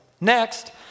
Next